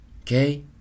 okay